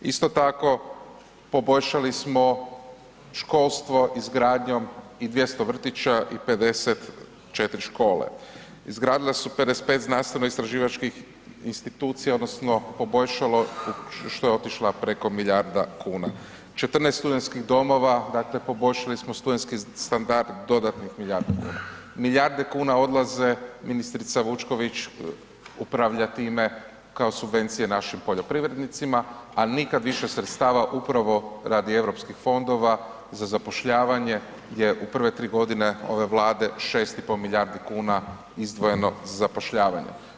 Isto tako poboljšali smo školstvo izgradnjom i 200 vrtića i 54 škole, izgradila su se 55 znanstveno istraživačkih institucija odnosno poboljšalo, što je otišla preko milijarda kuna, 14 studentskih domova, dakle poboljšali smo studentski standard dodatnih milijardu kuna, milijarde kuna odlaze, ministrica Vučković upravlja time kao subvencije našim poljoprivrednicima, a nikad više sredstava upravo radi Europskih fondova za zapošljavanje je u prve 3.g. ove Vlade 6,5 milijardi kuna izdvojeno za zapošljavanje.